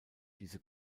diese